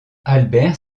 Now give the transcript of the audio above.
albert